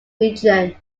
region